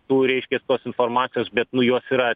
tų reiškia tos informacijos bet nu jos yra